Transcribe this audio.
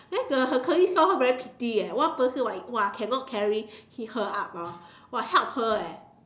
then her her colleague saw her very pity eh one person !wah! cannot carry her up hor !wah! help her eh